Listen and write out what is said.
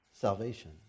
salvation